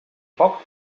poc